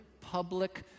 public